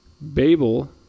Babel